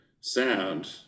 sound